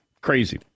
crazy